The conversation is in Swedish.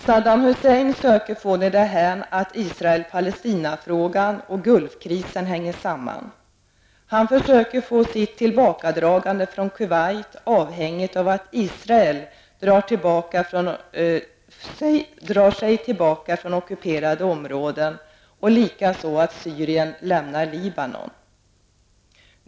Saddam Hussein söker få det till att Israel-- Palestina-frågan och Gulfkrisen hänger samman. Han försöker få sitt tillbakadragande från Kuwait avhängigt av att Israel drar sig tillbaka från ockuperade områden och likaså att Syrien lämnar Libanon.